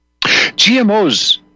GMOs